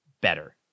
better